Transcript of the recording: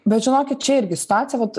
bet žinokit čia irgi situacija vat